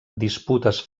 disputes